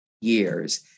Years